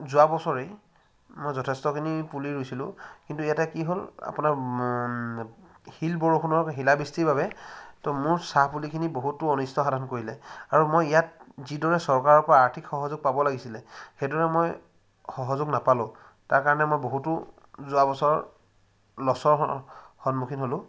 যোৱা বছৰেই মই যথেষ্টখিনি পুলি ৰুইছিলোঁ কিন্তু ইয়াতে কি হ'ল আপোনাৰ শিল বৰষুণৰ শিলাবৃষ্টিৰ বাবে তো মোৰ চাহ পুলিখিনি বহুতো অনিষ্ট সাধন কৰিলে আৰু মই ইয়াত যিদৰে চৰকাৰৰ পৰা আৰ্থিক সহযোগ পাব লাগিছিলে সেইদৰে মই সহযোগ নাপালোঁ তাৰ কাৰণে মই বহুতো যোৱা বছৰ লছৰ সন্মুখীন হ'লোঁ